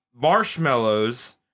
marshmallows